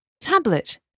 tablet